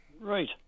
Right